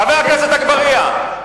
חבר הכנסת אגבאריה,